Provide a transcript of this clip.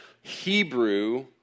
Hebrew